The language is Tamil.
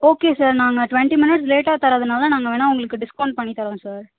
ஓகே சார் நாங்கள் டுவெண்ட்டி மினிட்ஸ் லேட்டாக தரதுனால் நாங்கள் வேணால் உங்களுக்கு டிஸ்கௌண்ட் பண்ணி தரோம் சார்